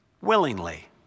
willingly